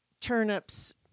turnips